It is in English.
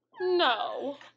No